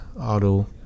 auto